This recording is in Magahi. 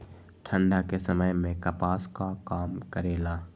ठंडा के समय मे कपास का काम करेला?